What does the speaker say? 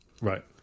Right